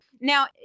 Now